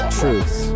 truth